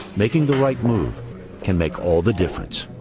making the right move can make all the difference.